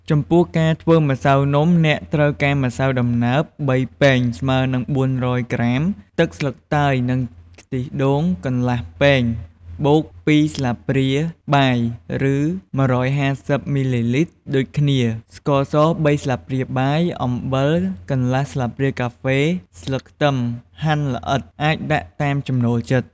ចំពោះការធ្វើម្សៅនំ អ្នកត្រូវការម្សៅដំណើប ៣ ពែង ស្មើនឹង ៤០០ ក្រាម ទឹកស្លឹកតើយ និងខ្ទិះដូង កន្លះពែងបូក ២ ស្លាបព្រាបាយ ឬ ១៥០ មីលីលីត្រដូចគ្នា ស្ករស ៣ ស្លាបព្រាបាយ អំបិល កន្លះស្លាបព្រាកាហ្វេ ស្លឹកខ្ទឹមហាន់ល្អិត អាចដាក់តាមចំណូលចិត្ត។